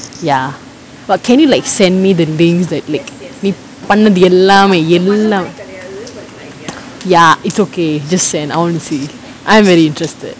ya but can you like send me the links that like நீ பண்ணது எல்லாமே எல்லாம்:nee pannathu ellamae ellaam ya it's okay just send I want to see I'm very interested